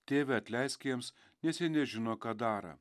tėve atleisk jiems nes jie nežino ką daro